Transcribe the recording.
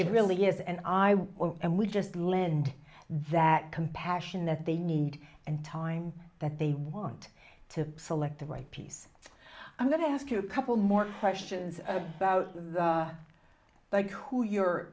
it really is and i and we just lend that compassion that they need and time that they want to select the right piece i'm going to ask you a couple more questions about like who your